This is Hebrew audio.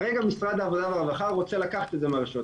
כרגע משרד העבודה והרווחה רוצה לקחת את זה מהרשויות